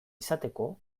izateko